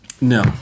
no